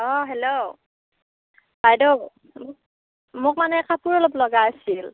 অ' hello বাইদেউ মোক মানে কাপোৰ অলপ লগা আছিল